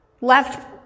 left